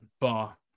bar